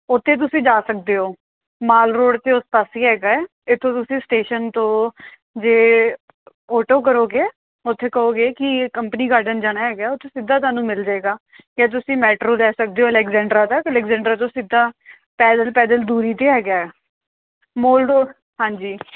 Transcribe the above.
ਉੱਥੇ ਤੁਸੀਂ ਜਾ ਸਕਦੇ ਹੋ ਮਾਲ ਰੋਡ ਅਤੇ ਉਸ ਪਾਸੇ ਹੀ ਹੈਗਾ ਹੈ ਇੱਥੋਂ ਤੁਸੀਂ ਸਟੇਸ਼ਨ ਤੋਂ ਜੇ ਓਟੋ ਕਰੋਗੇ ਉੱਥੇ ਕਹੋਗੇ ਕਿ ਕੰਪਨੀ ਗਾਰਡਨ ਜਾਣਾ ਹੈਗਾ ਉੱਥੇ ਸਿੱਧਾ ਤੁਹਾਨੂੰ ਮਿਲ ਜਾਏਗਾ ਅਤੇ ਤੁਸੀਂ ਮੈਟਰੋ ਲੈ ਸਕਦੇ ਹੋ ਅਲੈਗਜੈਡਰਾਂ ਤੱਕ ਅਲੈਗਜੈਡਰਾਂ ਤੋਂ ਸਿੱਧਾ ਪੈਦਲ ਪੈਦਲ ਦੂਰੀ 'ਤੇ ਹੈਗਾ ਮੋਲ ਰੋਡ ਹਾਂਜੀ